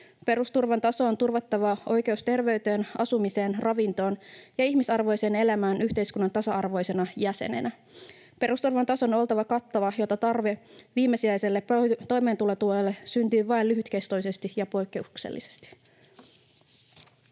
Perusturvan tason on turvattava oikeus terveyteen, asumiseen, ravintoon ja ihmisarvoiseen elämään yhteiskunnan tasa-arvoisena jäsenenä. Perusturvan tason on oltava kattava, jotta tarve viimesijaiselle toimeentulotuelle syntyy vain lyhytkestoisesti ja poikkeuksellisesti.